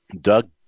Doug